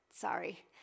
Sorry